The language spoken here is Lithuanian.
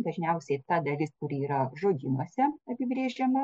dažniausiai ta dalis kuri yra žudymuose apibrėžiama